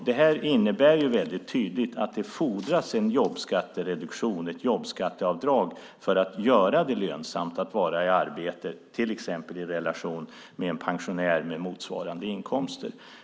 Det här innebär att det fordras en jobbskattereduktion, ett jobbskatteavdrag, för att göra det lönsamt att vara i arbete till exempel i relation till en pensionär med motsvarande inkomst.